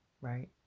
right